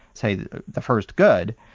say the first good,